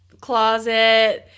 closet